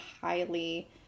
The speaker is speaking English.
highly